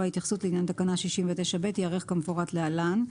ההתייחסות לעניין תקנה 69(ב) ייערך כמפורט להלן: